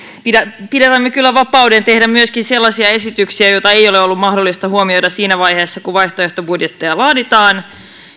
pidämme pidämme kyllä vapauden tehdä myöskin sellaisia esityksiä joita ei ole ollut mahdollista huomioida siinä vaiheessa kun vaihtoehtobudjetteja laaditaan